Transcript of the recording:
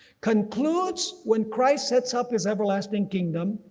concludes when christ sets up his everlasting kingdom,